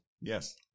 Yes